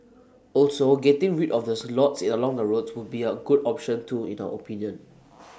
also getting rid of the slots in along the roads would be A good option too in our opinion